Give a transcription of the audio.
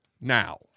now